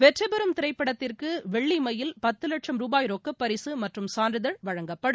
வெற்றிபெறும் திரைப்படத்திற்குவெள்ளிமயில் பத்துலட்சம் ரூபாய் ரொக்கப்பரிசுமற்றும் சான்றிதழ் வழங்கப்படும்